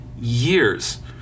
years